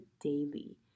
daily